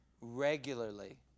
regularly